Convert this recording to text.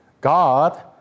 God